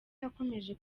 yakomeje